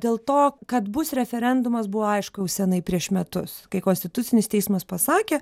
dėl to kad bus referendumas buvo aišku jau senai prieš metus kai konstitucinis teismas pasakė